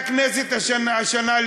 והכנסת השנה,